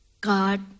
God